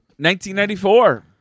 1994